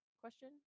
question